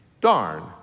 Darn